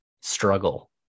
struggle